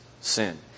sin